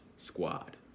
Squad